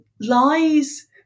lies